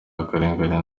akarengane